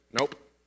nope